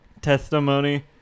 testimony